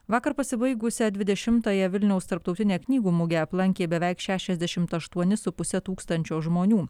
vakar pasibaigusią dvidešimtąją vilniaus tarptautinę knygų mugę aplankė beveik šešiasdešimt aštuoni su puse tūkstančio žmonių